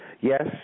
Yes